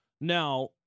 Now